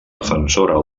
defensora